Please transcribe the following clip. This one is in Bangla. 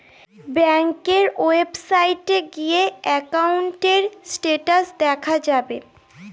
ব্যাঙ্কের ওয়েবসাইটে গিয়ে একাউন্টের স্টেটাস দেখা যাবে